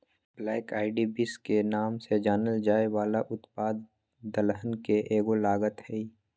black eyed beans के नाम से जानल जाये वाला उत्पाद दलहन के एगो लागत हई